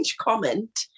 comment